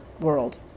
world